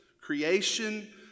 Creation